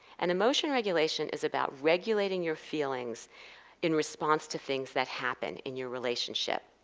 and emotion regulation is about regulating your feelings in response to things that happen in your relationship.